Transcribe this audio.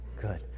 Good